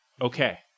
Okay